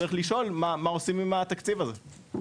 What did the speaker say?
צריך לשאול מה עושים עם התקציב הזה.